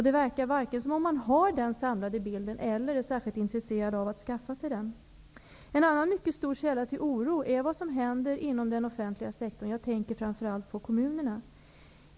Det verkar varken som om man har den samlade bilden eller som om man är särskilt intresserad av att skaffa sig den. En annan mycket stor källa till oro är vad som händer inom den offentliga sektorn. Jag tänker framför allt på kommunerna.